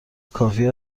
کافی